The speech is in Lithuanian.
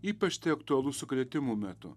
ypač tai aktualu sukrėtimų metu